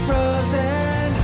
frozen